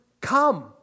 come